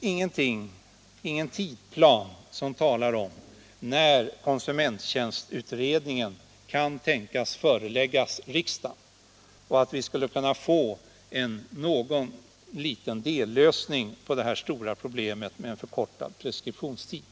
Men det finns ingen tidplan för när konsumenttjänstutredningens betänkande kan tänkas föreläggas riksdagen, vilket är en förutsättning för att vi skall kunna få någon liten dellösning på det stora problemet med förkortad preskriptionstid.